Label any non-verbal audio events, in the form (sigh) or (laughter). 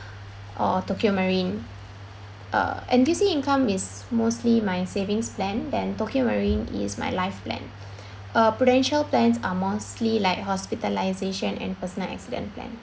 or Tokio Marine uh N_T_U_C income is mostly my savings plan and Tokio Marine is my life plan (breath) uh potential plans are mostly like hospitalisation and personal accident plan